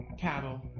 Cattle